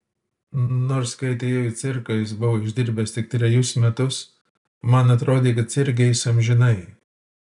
nors kai atėjau į cirką jis buvo išdirbęs tik trejus metus man atrodė kad cirke jis amžinai